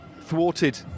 thwarted